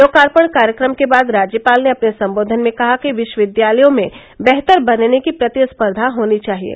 लोकार्पण कार्यक्रम के बाद राज्यपाल ने अपने सम्बोधन में कहा कि विश्वविद्यालयों में वेतहर बनने की प्रतिस्पर्वा होनी चाहिये